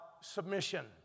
submission